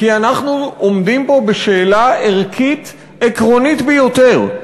כי אנחנו עומדים פה בשאלה ערכית עקרונית ביותר.